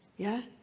yeah?